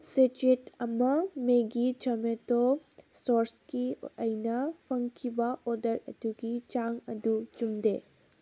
sachet ꯑꯃ ꯃꯦꯒꯤ tomato ꯁꯣꯔꯁꯀꯤ ꯑꯩꯅ ꯐꯪꯈꯤꯕ ꯑꯣꯔꯗꯔ ꯑꯗꯨꯒꯤ ꯆꯥꯡ ꯑꯗꯨ ꯆꯨꯝꯗꯦ